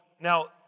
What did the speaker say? Now